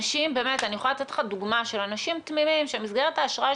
אני יכולה לתת לך דוגמה של אנשים תמימים שמסגרת האשראי